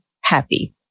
happy